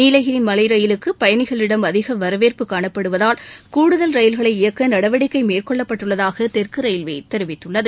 நீலகிரி மலை ரயிலுக்கு பயணிகளிடம் அதிக வரவேற்பு காணப்படுவதால் கூடுதல் ரயில்களை இயக்க நடவடிக்கை மேற்கொள்ளப்பட்டுள்ளதாக தெற்கு ரயில்வே தெரிவித்துள்ளது